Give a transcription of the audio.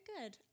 good